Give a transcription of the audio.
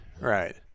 right